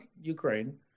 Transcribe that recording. Ukraine